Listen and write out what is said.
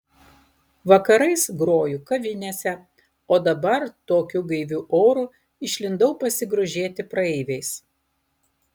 vakarais groju kavinėse o dabar tokiu gaiviu oru išlindau pasigrožėti praeiviais